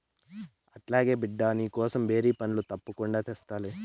అట్లాగే బిడ్డా, నీకోసం బేరి పండ్లు తప్పకుండా తెస్తాలే